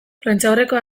prentsaurrekoa